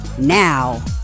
now